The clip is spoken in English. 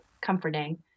comforting